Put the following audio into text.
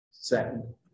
Second